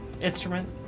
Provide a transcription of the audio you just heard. instrument